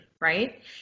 right